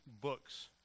books